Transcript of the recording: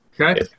Okay